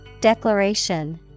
Declaration